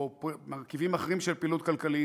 או מרכיבים אחרים של פעילות כלכלית,